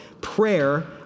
prayer